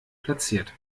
platziert